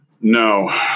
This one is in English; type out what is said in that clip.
No